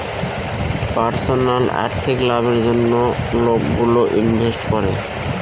personal আর্থিক লাভের জন্য লোকগুলো ইনভেস্ট করে